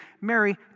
Mary